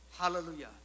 Hallelujah